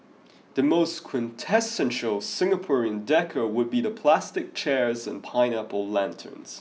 the most quintessential Singaporean decor would be the plastic chairs and pineapple lanterns